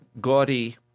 gaudy